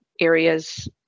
areas